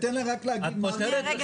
את מוכרת בחלק מהמקרים.